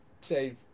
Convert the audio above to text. say